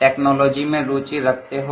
technology में रूचि रखते हो